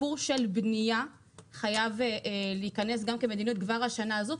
הסיפור של בנייה חייב להיכנס גם כמדיניות כבר בשנה הזו.